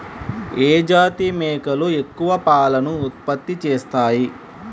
ఏ జాతి మేకలు ఎక్కువ పాలను ఉత్పత్తి చేస్తాయి?